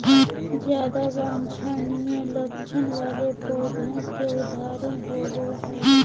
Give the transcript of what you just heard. ज्यादा वांछनीय लक्षण वाले पौधों के उदाहरण होबो हइ